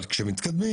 אבל כאשר מתקדמים